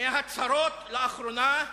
מהצהרות לאחרונה,